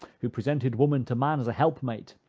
who presented woman to man as a helpmate,